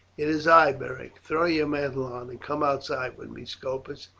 it is i, beric throw your mantle on and come outside with me, scopus.